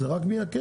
זה רק מייקר.